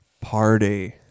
party